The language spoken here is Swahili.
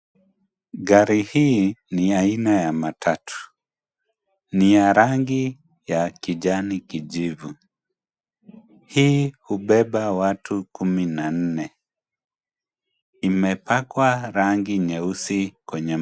Gari hiii ni aina ya matutu, ni ya rangi ya kijani kijivu. Hii hubeba watu kumi na nne imepakwa rangi nyeusi kwenye mlango.